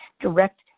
direct